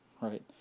Right